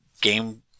game